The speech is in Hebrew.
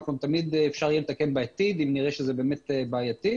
תמיד אפשר יהיה לתקן בעתיד אם נראה שזה באמת בעייתי.